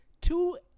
two